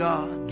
God